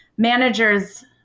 Managers